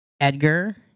Edgar